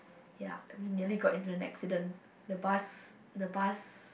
ya we nearly got into an accident the bus the bus